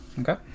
Okay